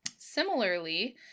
Similarly